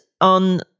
on